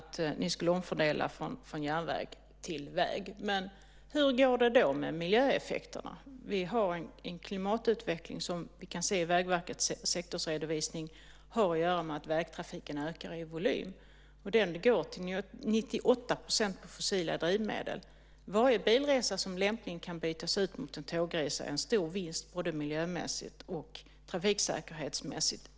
Herr talman! Det var nästan det jag misstänkte att ni skulle omfördela från järnväg till väg. Hur går det då med miljöeffekterna? Vi har en klimatutveckling som vi kan se i Vägverkets sektorsredovisning har att göra med att vägtrafiken ökar i volym. Den går till 98 % på fossila drivmedel. Varje bilresa som lämpligen kan bytas ut mot en tågresa är en stor vinst både miljömässigt och trafiksäkerhetsmässigt.